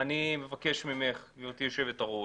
אני מבקש ממך, גברתי יושבת הראש,